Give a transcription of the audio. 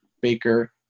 Baker